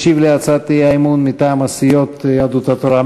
שהשיב על הצעת האי-אמון מטעם הסיעות יהדות התורה,